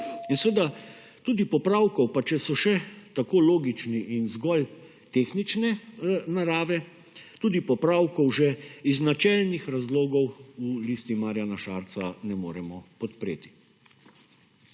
in seveda, tudi popravkov, pa če so še tako logični in zgolj tehnične narave, tudi popravkov že iz načelnih razlogov v Listi Marjana Šarca ne moremo podpreti.